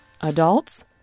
Adults